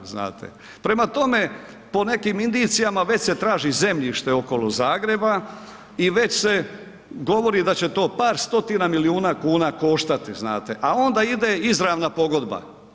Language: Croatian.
Prema tome, po nekim indicijama već se traži zemljište okolo Zagreba i već se govori da će to par stotina milijuna kuna koštati, a onda ide izravna pogodba.